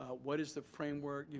ah what is the framework, you